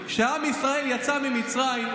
כשעם ישראל יצא ממצרים,